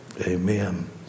Amen